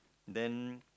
then